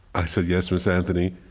i said, yes, ms. anthony?